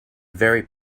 very